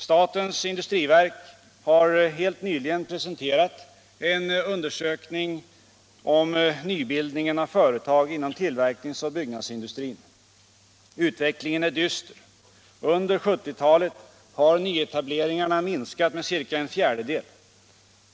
Statens industriverk har helt nyligen presenterat en undersökning om nybildningen av företag inom tillverkningsoch byggnadsindustrin. Utvecklingen är dyster. Under 1970-talet har nyetableringarna minskat med ca en fjärdedel.